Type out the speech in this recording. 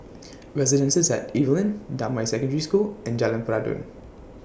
Residences At Evelyn Damai Secondary School and Jalan Peradun